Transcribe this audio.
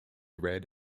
read